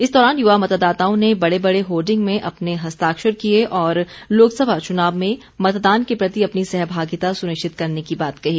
इस दौरान युवा मतदाताओं ने बड़े बड़े होर्डिंग में अपने हस्ताक्षर किए और लोकसभा चुनाव में मतदान के प्रति अपनी सहभागिता सुनिश्चित करने की बात कही